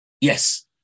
yes